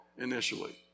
initially